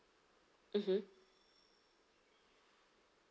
mmhmm